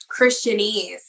Christianese